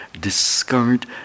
discard